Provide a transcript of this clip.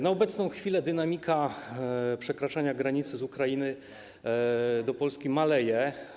Na obecną chwilę dynamika przekraczania granicy Ukrainy z Polską maleje.